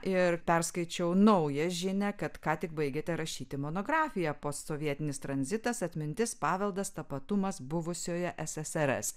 ir perskaičiau naują žinią kad ką tik baigėte rašyti monografiją postsovietinis tranzitas atmintis paveldas tapatumas buvusioje ssrs